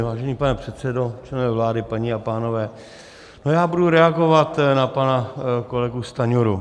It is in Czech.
Vážený pane předsedo, členové vlády, paní a pánové, já budu reagovat na pana kolegu Stanjuru.